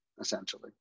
essentially